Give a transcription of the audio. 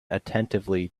attentively